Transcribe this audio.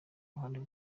ruhande